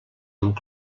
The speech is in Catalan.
amb